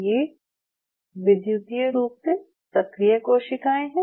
यह विद्युतीय रूप से सक्रिय कोशिकाएं हैं